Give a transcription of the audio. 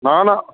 ਨਾ ਨਾ